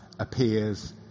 Appears